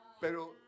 Pero